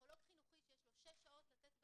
פסיכולוג חינוכי שיש לו שש שעות לתת בתיכון,